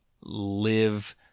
live